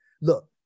look